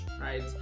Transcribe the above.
right